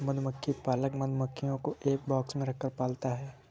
मधुमक्खी पालक मधुमक्खियों को एक बॉक्स में रखकर पालता है